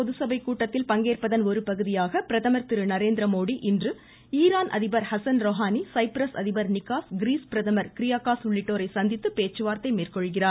பொதுச்சபை கூட்டத்தில் பங்கேற்பதன் ஒரு பகுதியாக பிரதமர் திரு நரேந்திரமோடி இன்று ஈரான் அதிபர் ஹசன் ரௌஹானி சைப்ரஸ் அதிபர் நிகாஸ் கிரீஸ் பிரதமர் க்ரியாகாஸ் உள்ளிட்டோரை சந்தித்து பேச்சுவார்த்தை மேற்கொள்கிறார்